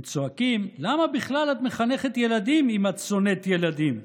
הם צועקים: למה בכלל את מחנכת ילדים אם את שונאת ילדים?